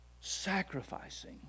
sacrificing